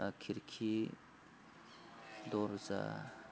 खिरखि दरजा